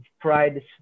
pride